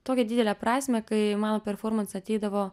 tokią didelę prasmę kai į mano performansą ateidavo